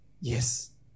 Yes